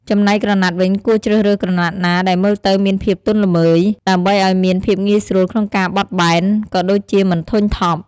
ចំណែកក្រណាត់វិញគួរជ្រើសរើសក្រណាត់ណាដែលមើលទៅមានភាពទន់ល្មើយ ដើម្បីឲ្យមានភាពងាយស្រួលក្នុងការបត់បែន ក៏ដូចជាមិនធុញថប់។